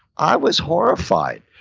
i was horrified.